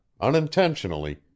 unintentionally